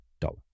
dollar